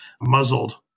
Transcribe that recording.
muzzled